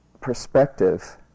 perspective